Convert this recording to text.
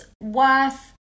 worth